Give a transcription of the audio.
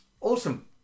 Awesome